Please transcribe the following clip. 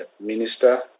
Minister